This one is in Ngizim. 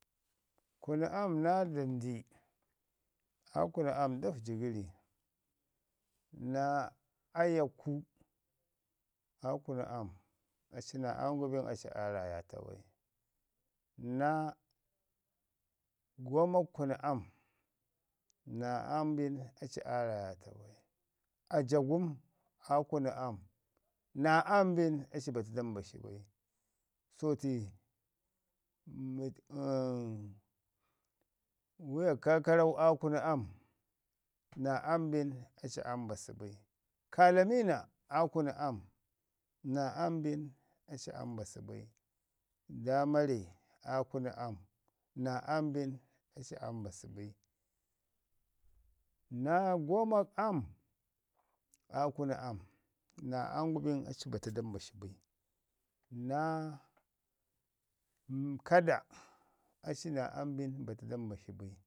Kunu am naa aa kunu am da vəji gəri, naa ayaku aa kunu am, aci naa am gu bu aci aa tayata bai. Naa gwamak kunu am, naa am bin aci aa tayaata bai. Ajagum, aa kunu am, naa am bin, aci bata da mbashi bai, sotai miyakkakarau aa kunu am, naa am bin aci aa mbasu bai. Kaa lamiina aa kunu am, naa am binaci aa mbasu bai. Daamare aa kunu am, naa am bin aci aa mbasu bai, naa gwamak am, naa am gu bin aci bata da mbashi bai. Naa kada, aci naa am bin bata da mbashi bai.